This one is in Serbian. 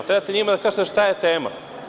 Trebate njima da kažete šta je tema.